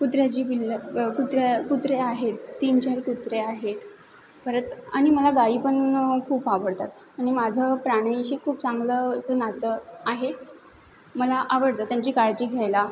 कुत्र्याची पिल्लं कुत्र्या कुत्रे आहेत तीनचार कुत्रे आहेत परत आणि मला गायी पण खूप आवडतात आणि माझं प्राण्यांशी खूप चांगलं असं नातं आहे मला आवडतं त्यांची काळजी घ्यायला